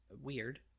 weird